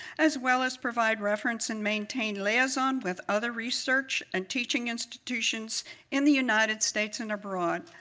as well as provide references and maintain liaisons with other research and teaching institutions in the united states and abroad.